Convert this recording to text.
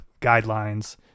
guidelines